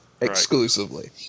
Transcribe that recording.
exclusively